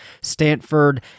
Stanford